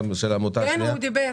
הוא דיבר,